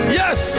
yes